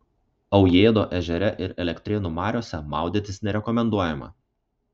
aujėdo ežere ir elektrėnų mariose maudytis nerekomenduojama